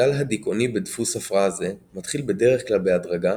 הגל הדיכאוני בדפוס הפרעה זה מתחיל בדרך כלל בהדרגה